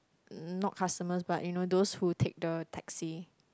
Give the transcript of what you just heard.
not customers but you know those who take the taxi